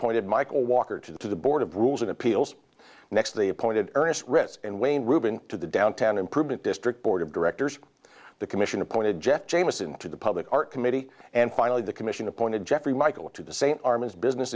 reappointed michael walker to the board of rules of appeals next to the appointed ernest risk and wayne rubin to the downtown improvement district board of directors the commission appointed jeff jamieson to the public art committee and finally the commission appointed geoffrey michael to the same arm as business